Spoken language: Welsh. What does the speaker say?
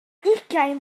ugain